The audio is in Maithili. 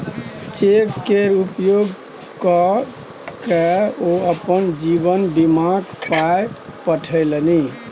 चेक केर उपयोग क कए ओ अपन जीवन बीमाक पाय पठेलनि